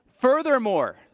Furthermore